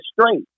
straight